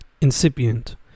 Incipient